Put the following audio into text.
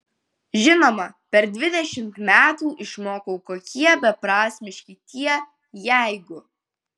žinoma per dvidešimt metų išmokau kokie beprasmiški tie jeigu